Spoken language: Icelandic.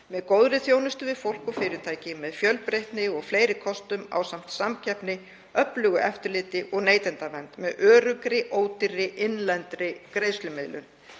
með góðri þjónustu við fólk og fyrirtæki með fjölbreytni og fleiri kostum ásamt samkeppni, öflugu eftirliti og neytendavernd með öruggri, ódýrri, innlendri greiðslumiðlun.